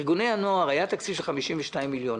ארגוני הנוער, היה תקציב של 52 מיליון.